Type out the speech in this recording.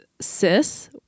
cis